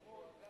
נכון.